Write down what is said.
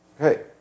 Okay